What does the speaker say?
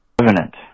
Revenant